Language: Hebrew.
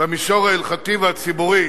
במישור ההלכתי והציבורי